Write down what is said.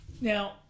now